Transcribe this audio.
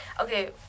Okay